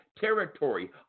territory